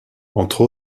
entre